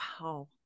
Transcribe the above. wow